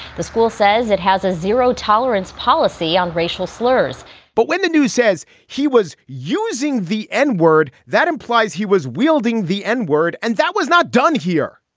the school says it has a zero tolerance policy on racial slurs but when the news says he was using the n-word that implies he was wielding the n-word. and that was not done here.